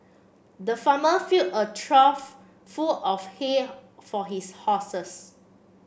the farmer filled a trough full of hay for his horses